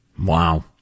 Wow